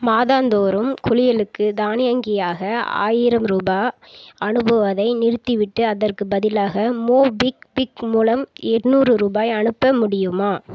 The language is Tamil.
மாதந்தோறும் குலியலுக்கு தானியங்கியாக ஆயிரம் ரூபாய் அனுப்புவதை நிறுத்திவிட்டு அதற்குப் பதிலாக மோபிக்விக் மூலம் எண்ணூறு ரூபாய் அனுப்ப முடியுமா